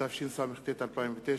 התשס"ט 2009,